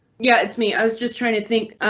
yeah it's me. i was just trying to think.